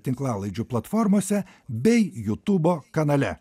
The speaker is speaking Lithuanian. tinklalaidžių platformose bei jutubo kanale